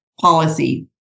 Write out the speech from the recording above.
policy